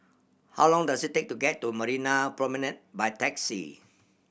how long does it take to get to Marina Promenade by taxi